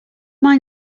mind